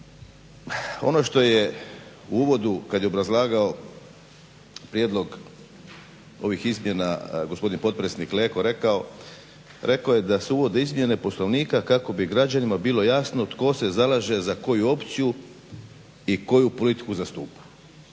Ono što je u uvodu kada je obrazlagao prijedlog ovih izmjena gospodin potpredsjednik Leko rekao, rekao je da se uvode izmjene Poslovnika kako bi građanima bilo jasno tko se zalaže za koju opciju i koju politiku zastupa.